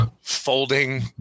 folding